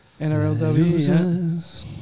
NRLW